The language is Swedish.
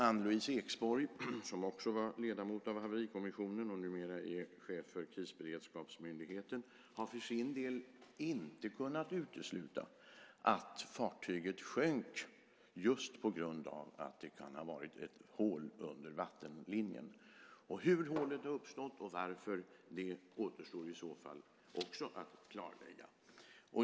Ann-Louise Eksborg, som också var ledamot av haverikommissionen och numera är chef för Krisberedskapsmyndigheten, har för sin del inte kunnat utesluta att fartyget sjönk just på grund av att det kan ha varit ett hål under vattenlinjen. Hur hålet uppstått och varför återstår i så fall också att klarlägga.